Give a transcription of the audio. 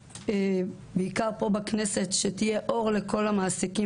בעיקר פה בכנסת שתהיה אור לכל המעסיקים